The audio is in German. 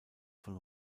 von